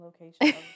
location